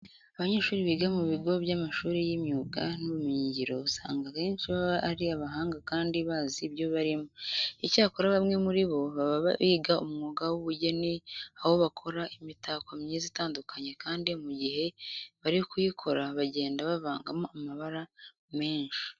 Abanyeshuri biga mu bigo by'amashuri y'imyuga n'ubumenyingiro usanga akenshi baba ari abahanga kandi bazi ibyo barimo. Icyakora bamwe muri bo baba biga umwuga w'ubugeni, aho bakora imitako myiza itandukanye kandi mu gihe bari kuyikora bagenda bavangamo amabara menshi.